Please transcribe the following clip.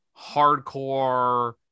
hardcore